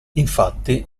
infatti